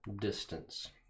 distance